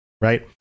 right